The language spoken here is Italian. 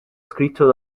scritto